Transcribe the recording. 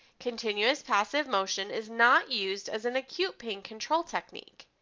continuous passive motion is not used as an acute pain control technique.